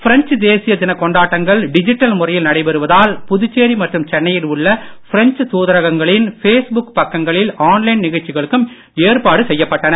French தேசிய தினக் கொண்டாட்டங்கள் டிஜிட்டல் முறையில் நடைபெறுவதால் புதுச்சேரி மற்றும் சென்னையில் உள்ள பிரெஞ்ச் தூதரகங்களின் பேஸ்புக் பக்கங்களில் ஆன்லைன் நிகழ்ச்சிகளுக்கும் ஏற்பாடு செய்யப்பட்டது